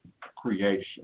creation